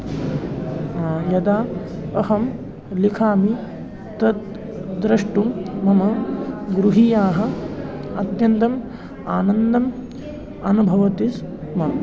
यदा अहं लिखामि तत् द्रष्टुं मम गृहीयाः अत्यन्तम् आनन्दम् अनुभवति स्म